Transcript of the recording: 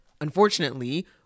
Unfortunately